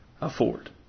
afford